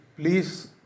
please